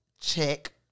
check